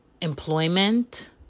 employment